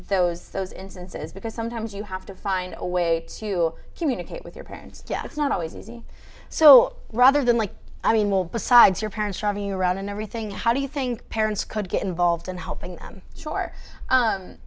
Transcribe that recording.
those those instances because sometimes you have to find a way to communicate with your parents it's not always easy so rather than like i mean well besides your parents around and everything how do you think parents could get involved in helping shor